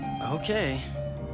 Okay